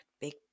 big